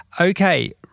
Okay